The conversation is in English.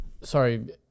Sorry